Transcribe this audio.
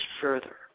further